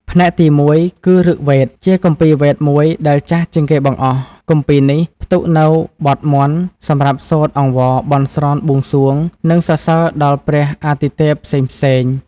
ផ្នែកទី១ គឺឫគវេទ ជាគម្ពីរវេទមួយដែលចាស់ជាងគេបង្អស់។ គម្ពីរនេះផ្ទុកនូវ បទមន្ត សម្រាប់សូត្រអង្វរ បន់ស្រន់ បួងសួង និងសរសើរដល់ព្រះអាទិទេពផ្សេងៗ។